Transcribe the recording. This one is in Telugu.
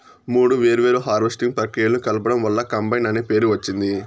మూడు వేర్వేరు హార్వెస్టింగ్ ప్రక్రియలను కలపడం వల్ల కంబైన్ అనే పేరు వచ్చింది